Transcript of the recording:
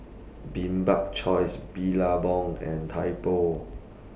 Bibik's Choice Billabong and Typo